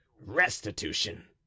restitution